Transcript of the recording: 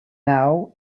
now